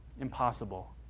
Impossible